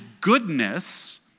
goodness